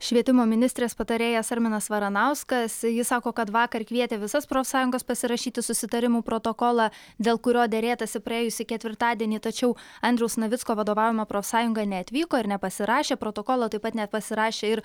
švietimo ministrės patarėjas arminas varanauskas sako kad vakar kvietė visas profsąjungas pasirašyti susitarimų protokolą dėl kurio derėtasi praėjusį ketvirtadienį tačiau andriaus navicko vadovaujama profsąjunga neatvyko ir nepasirašė protokolo taip pat nepasirašė ir